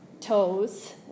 toes